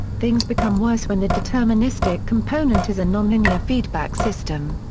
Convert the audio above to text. things become worse when the deterministic component is a nonlinear feedback system.